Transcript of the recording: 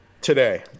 today